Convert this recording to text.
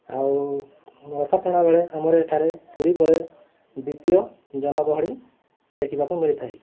ଆଉ ରଥଟଣାବେଳେ ଆମର ଏଠାରେ ପୁରୀ ପରେ ଦ୍ୱିତୀୟ ଜନଗହଳି ଦେଖିବାକୁ ମିଳିଥାଏ